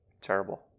Terrible